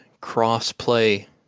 cross-play